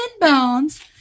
bones